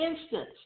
instance